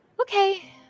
Okay